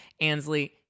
Ansley